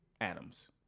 Adams